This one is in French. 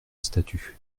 statue